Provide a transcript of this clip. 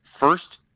first